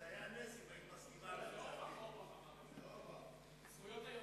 זה היה נס אם היית, זכויות היוצרים,